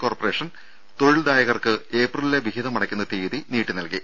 corporation തൊഴിൽദായകർക്ക് ഏപ്രിലിലെ വിഹിതം അടയ്ക്കുന്ന തീയതി നീട്ടിനൽകി